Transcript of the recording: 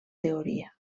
teoria